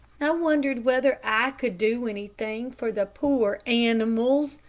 i wondered whether i could do anything for the poor animals.